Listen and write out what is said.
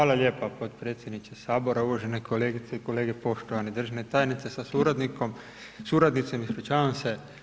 Hvala lijepa potpredsjedniče Sabora, uvažene kolegice i kolege, poštovani državni tajniče sa suradnikom, suradnicima, ispričavam se.